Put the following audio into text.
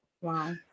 Wow